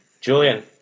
Julian